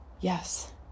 Yes